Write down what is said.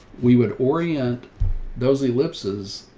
we would orient those ellipses,